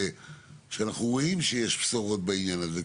ואנחנו רואים שיש בשורות בעניין הזה,